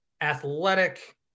athletic